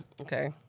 Okay